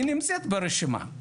היא נמצאת ברשימה,